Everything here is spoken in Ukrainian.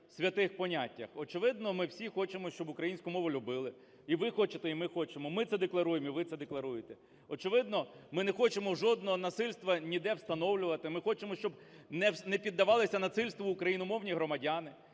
святих поняттях. Очевидно, ми всі хочемо, щоби українську мову любили, і ви хочете, і ми хочемо, ми це декларуємо, і ви це декларуєте. Очевидно, ми не хочемо жодного насильства ніде встановлювати. Ми хочемо, щоб не піддавалися насильству україномовні громадяни.